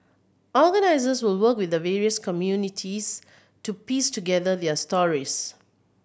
organisers will work with the various communities to piece together their stories